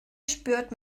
spürt